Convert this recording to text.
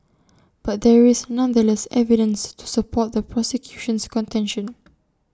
but there is nonetheless evidence to support the prosecution's contention